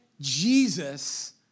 Jesus